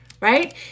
Right